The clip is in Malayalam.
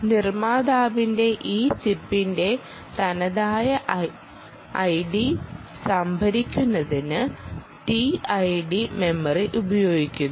നിർമ്മാതാവിന്റെ ഈ ചിപ്പിന്റെ തനതായ ഐഡി സംഭരിക്കുന്നതിന് ടിഐഡി മെമ്മറി ഉപയോഗിക്കുന്നു